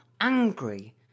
angry